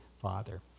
Father